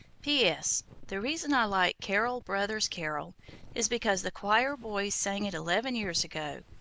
p s the reason i like carol, brothers, carol is because the choir-boys sang it eleven years ago,